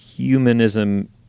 Humanism